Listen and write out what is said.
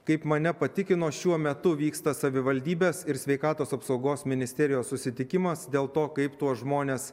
kaip mane patikino šiuo metu vyksta savivaldybės ir sveikatos apsaugos ministerijos susitikimas dėl to kaip tuos žmones